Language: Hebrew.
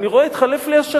ואני רואה שהתחלף לי השכן.